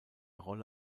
rolle